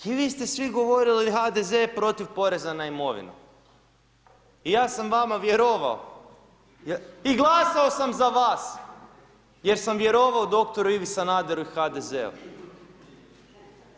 I vi ste svi govorili HDZ je protiv poreza na imovinu, ja sam vama vjerovao i glasao sam za vas, jer sam vjerovao doktoru Ivu Sanaderu i HDZ-u.